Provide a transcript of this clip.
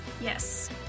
Yes